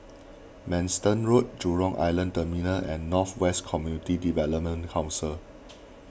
Manston Road Jurong Island Terminal and North West Community Development Council